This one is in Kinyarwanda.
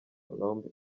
colombe